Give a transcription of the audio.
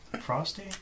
Frosty